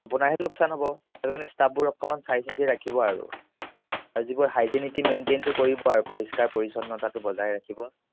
আপোনাৰহে লোকচান হ'ব সেইকাৰণে ষ্টাফবোৰ অকণমান চাই চিন্তি ৰাখিব আৰু আৰু যিবোৰ হাইজিনিটি মেইনটেইনটো কৰিব আৰু পৰিষ্কাৰ পৰিচ্ছন্নতাটো বজাই ৰাখিব